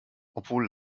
obwohl